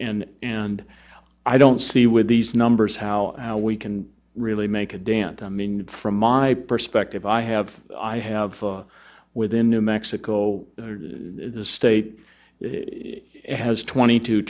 and and i don't see with these numbers how we can really make a dent i mean from my perspective i have i have within new mexico the state has twenty two